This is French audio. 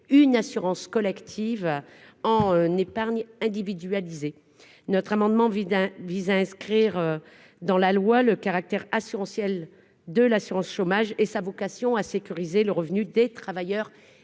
une assurance collective en n'épargne individualisé notre amendement vide un vise à inscrire dans la loi le caractère assurantielle de l'assurance chômage et sa vocation à sécuriser le revenu des travailleurs